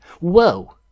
whoa